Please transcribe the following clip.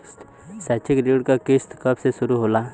शैक्षिक ऋण क किस्त कब से शुरू होला?